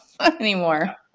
anymore